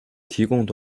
提供